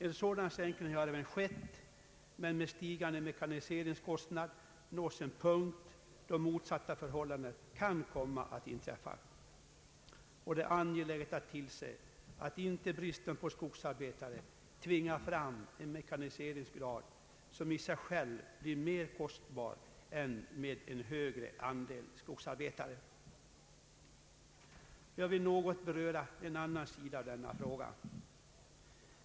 En sådan sänkning har även skett, men med stigande mekaniseringskostnad nås en punkt då motsatta förhållandet kan komma att inträffa. Det är angeläget att tillse att inte bristen på skogsarbetare tvingar fram en mekaniseringsgrad som i sig själv blir mer kostbar än om man har en större andel skogsarbetare. Jag vill också något beröra en annan sida av denna fråga.